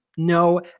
No